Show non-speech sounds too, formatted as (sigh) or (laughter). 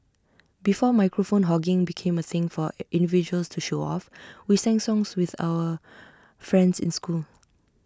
before microphone hogging became A thing for (unintelligible) individuals to show off we sang songs with our friends in school